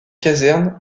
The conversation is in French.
caserne